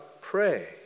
pray